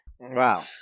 Wow